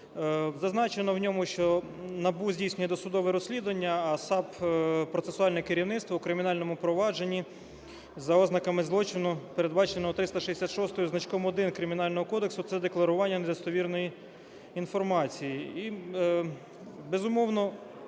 Зазначено в ньому, що НАБУ здійснює досудове розслідування, а САП – процесуальне керівництво у кримінальному провадженні за ознаками злочину, передбаченого 366 зі значком 1 Кримінального кодексу – це "Декларування недостовірної інформації".